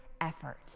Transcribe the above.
effort